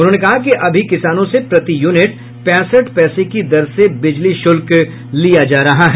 उन्होंने कहा कि अभी किसानों से प्रति यूनिट पैंसठ पैसे की दर से बिजली शुल्क लिया जा रहा है